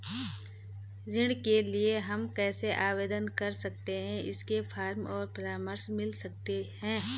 ऋण के लिए हम कैसे आवेदन कर सकते हैं इसके फॉर्म और परामर्श मिल सकती है?